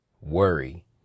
worry